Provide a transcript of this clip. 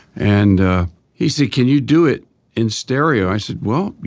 and he said, can you do it in stereo? i said, well,